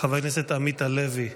חבר הכנסת עמית הלוי,